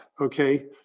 okay